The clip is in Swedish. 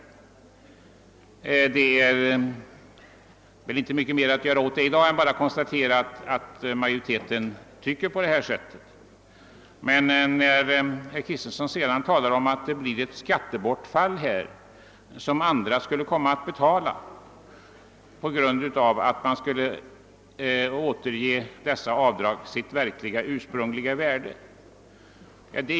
Det är väl inte mycket mer att göra åt det i dag än att konstatera att majoriteten har denna uppfattning. Herr Kristenson sade också att det blir ett skattebortfall som andra skulle få betala om man skulle återge avdragen deras ursprungliga värde.